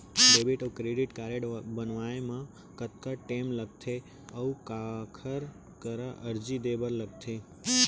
Debit अऊ credit card बनवाए मा कतका टेम लगथे, अऊ काखर करा अर्जी दे बर लगथे?